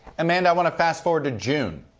amanda, i want to fast forward to june.